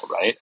right